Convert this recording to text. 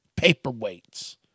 Paperweights